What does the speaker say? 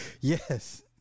Yes